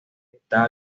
está